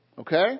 Okay